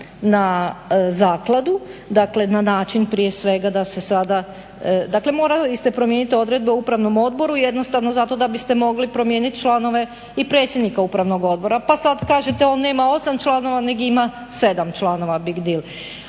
na zakladu, dakle na način prije svega da se sada, dakle morali ste promijenit odredbe o upravnom odboru jednostavno zato da biste mogli promijenit članove i predsjednika upravnog odbora pa sad kažete on nema 8 članova nego ima 7 članova, big deal.